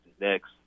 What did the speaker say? next